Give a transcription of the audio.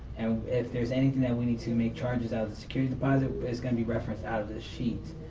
and if there's anything that we need to make charges out of the security deposit, it's going to be referenced out of this sheet.